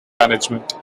management